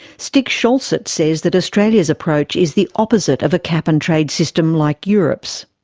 stig schjolset says that australia's approach is the opposite of a cap and trade system like europe's.